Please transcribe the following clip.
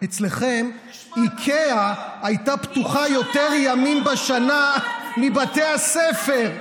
אצלכם איקאה הייתה פתוחה יותר ימים בשנה מבתי הספר.